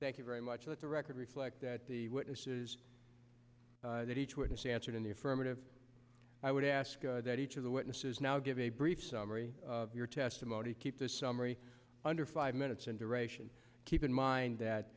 thank you very much let the record reflect that the witnesses that each witness answered in the affirmative i would ask that each of the witnesses now give a brief summary of your testimony keep this summary under five minutes and duration keep in mind that